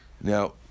Now